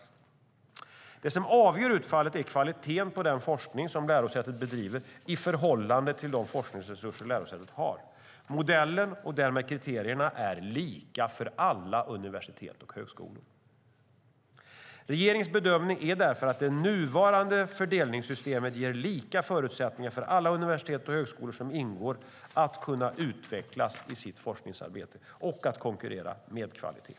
Det som avgör utfallet är kvaliteten på den forskning som lärosätet bedriver i förhållande till de forskningsresurser lärosätet har. Modellen och därmed kriterierna är lika för alla universitet och högskolor. Regeringens bedömning är därför att det nuvarande fördelningssystemet ger lika förutsättningar för alla universitet och högskolor som ingår att kunna utvecklas i sitt forskningsarbete och konkurrera med kvalitet.